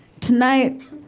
tonight